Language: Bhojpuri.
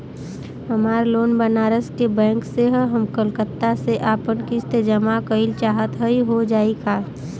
हमार लोन बनारस के बैंक से ह हम कलकत्ता से आपन किस्त जमा कइल चाहत हई हो जाई का?